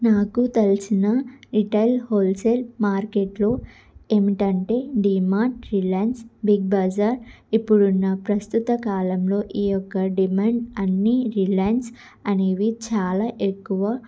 నాకు తెలిసిన retail wholesale మార్కెట్లు ఏమిటంటే డి మార్ట్ రిలయన్స్ బిగ్ బజార్ ఇప్పుడున్న ప్రస్తుత కాలంలో ఈ యొక్క డిమార్ట్ అన్న రిలయన్స్ అనేవి చాలా ఎక్కువ